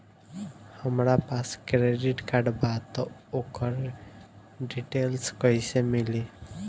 हमरा पास credit card बा त ओकर डिटेल्स कइसे मिली?